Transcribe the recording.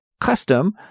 custom